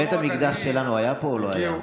בית המקדש שלנו היה פה או לא היה?